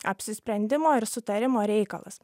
apsisprendimo ir sutarimo reikalas